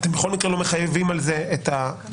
אתם בכל מקרה לא מחייבים על זה את החייבים,